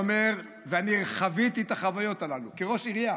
אני חוויתי את החוויות הללו כראש עירייה